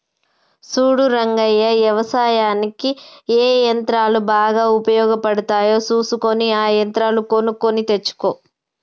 సూడు రంగయ్య యవసాయనిక్ ఏ యంత్రాలు బాగా ఉపయోగపడుతాయో సూసుకొని ఆ యంత్రాలు కొనుక్కొని తెచ్చుకో